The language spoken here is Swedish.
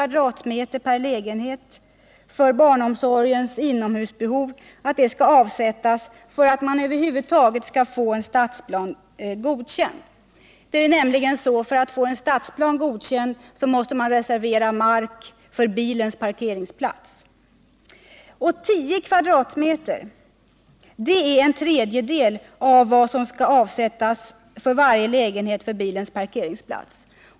per lägenhet skall avsättas för barnomsorgens inomhusbehov för att man över huvud taget skall få en stadsplan godkänd. För att få en stadsplan godkänd måste man nämligen reservera mark för bilens parkeringsplats. 10 m? är en tredjedel av vad som skall avsättas för varje lägenhet för bilens parkeringsplats.